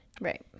right